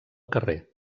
carrer